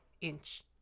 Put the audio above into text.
inch